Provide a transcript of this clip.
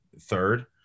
third